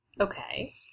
Okay